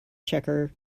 checker